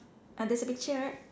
ah there's a picture right